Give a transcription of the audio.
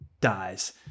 dies